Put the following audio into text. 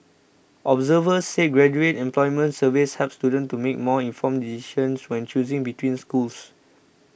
observers said graduate employment surveys help students to make more informed decisions when choosing between schools